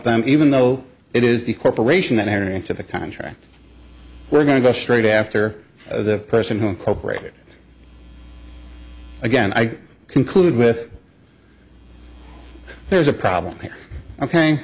them even though it is the corporation that entered into the contract we're going to go straight after the person who cooperated again i conclude with there's a problem ok